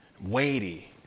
weighty